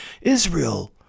Israel